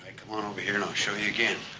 come on over here and i'll show you again.